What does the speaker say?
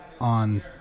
on